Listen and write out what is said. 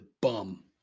bum